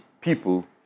people